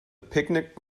picnic